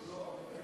מה